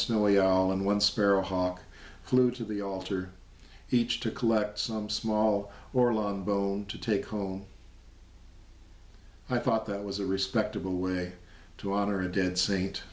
nearly all in one sparrowhawk glued to the altar each to collect some small or long bone to take home i thought that was a respectable way to honor the dead saint